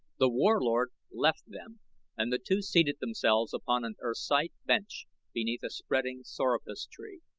the warlord left them and the two seated themselves upon an ersite bench beneath a spreading sorapus tree.